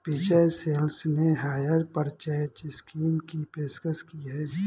विजय sales ने hire purchase scheme की पेशकश की हैं